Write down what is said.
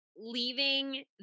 leaving